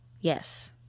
yes